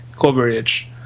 coverage